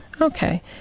Okay